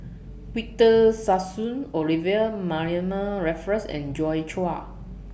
Victor Sassoon Olivia Mariamne Raffles and Joi Chua